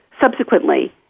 subsequently